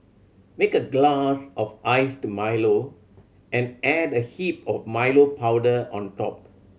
make a glass of iced Milo and add a heap of Milo powder on top